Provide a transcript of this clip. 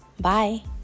Bye